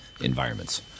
environments